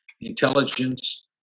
intelligence